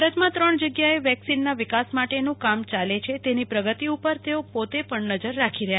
ભારતમાં ત્રણ જગ્યા એ વેક્સિનના વિકાસ માટેનું કામ ચાલે છે તેની પ્રગતિ ઉપર તેઓ પોતે નજર રાખી રહ્યા છે